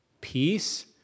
peace